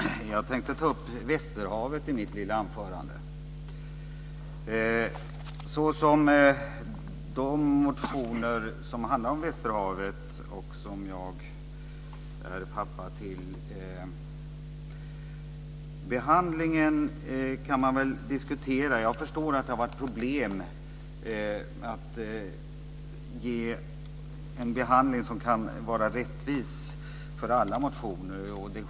Herr talman! Jag tänker ta upp västerhavet i mitt lilla anförande, såsom de motioner som handlar om västerhavet och som jag är pappa till. Behandlingen kan man väl diskutera. Jag förstår att det har varit problem att ge en behandling som kan vara rättvis för alla motioner.